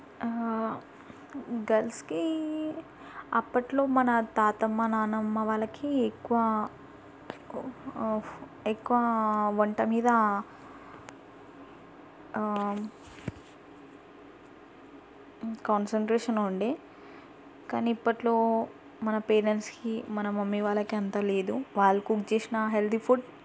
గర్ల్స్కి అప్పట్లో మన తాతమ్మ నానమ్మ వాళ్ళకి ఎక్కువ ఎక్కువ వంట మీద కాన్సన్ట్రేషన్ ఉండే కానీ ఇప్పటిలో మన పేరెంట్స్కి మన మమ్మీ వాళ్ళకి అంత లేదు వాళ్ళు కుక్ చేసిన హెల్తీ ఫుడ్